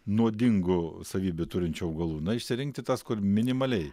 nuodingų savybių turinčių augalų na išsirinkti tas kur minimaliai